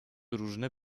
różne